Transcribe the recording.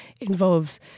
involves